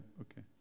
okay